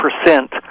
percent